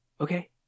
Okay